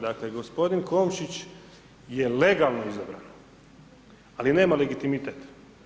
Dakle, gospodin Komšić je legalno izabran, ali nema legitimitet.